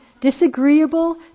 disagreeable